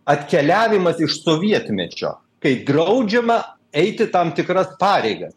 atkeliavimas iš sovietmečio kai draudžiama eiti tam tikras pareigas